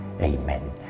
amen